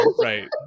Right